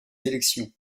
élections